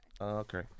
Okay